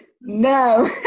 No